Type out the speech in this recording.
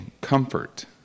Comfort